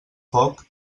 foc